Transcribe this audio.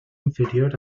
inferior